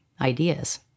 ideas